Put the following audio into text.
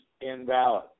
invalid